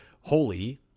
holy